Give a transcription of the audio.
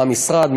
מה המשרד,